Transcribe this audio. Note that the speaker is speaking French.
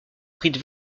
abrite